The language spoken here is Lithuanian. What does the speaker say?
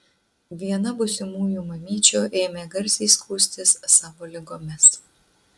viena būsimųjų mamyčių ėmė garsiai skųstis savo ligomis